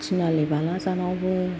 थिनालि बालाजानावबो